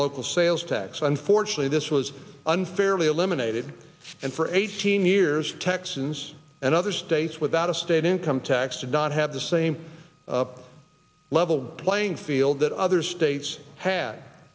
local sales tax unfortunately this was unfairly eliminated and for eighteen years texans and other states with out of state income tax did not have the same up level playing field that other states ha